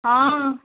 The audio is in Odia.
ହଁ